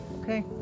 okay